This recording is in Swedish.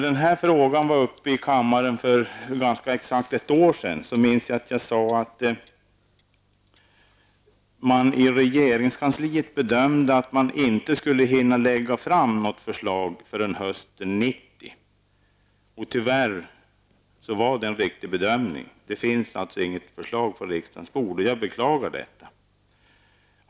Den här frågan diskuterades i kammaren för ganska exakt ett år sedan, och jag minns att jag sade att man i regeringskansliet bedömde att man inte skulle hinna lägga fram något förslag förrän hösten 1990. Tyvärr var det en riktig bedömning. Det finns alltså inget förslag på riksdagens bord, vilket jag beklagar.